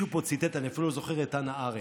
מישהו פה ציטט את חנה ארנדט,